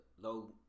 low